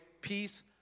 peace